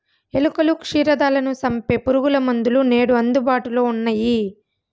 ఎలుకలు, క్షీరదాలను సంపె పురుగుమందులు నేడు అందుబాటులో ఉన్నయ్యి